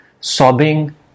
sobbing